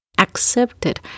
accepted